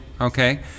okay